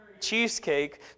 cheesecake